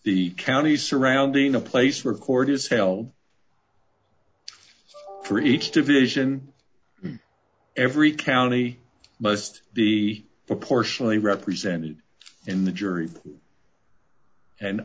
the counties surrounding a place record is held for each division every county must be proportionally represented in the jury and